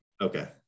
Okay